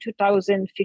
2015